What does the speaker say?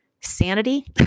sanity